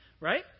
right